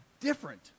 different